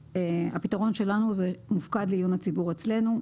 הפתרון שלנו זה מופקד לעיון הציבור אצלנו.